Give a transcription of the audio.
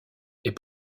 est